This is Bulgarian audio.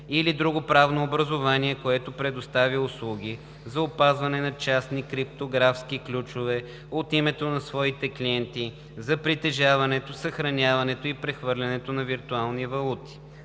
или друго правно образувание, което предоставя услуги за опазване на частни криптографски ключове от името на своите клиенти за притежаването, съхраняването и прехвърлянето на виртуални валути“.